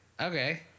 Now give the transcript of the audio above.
Okay